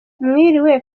mwiriwe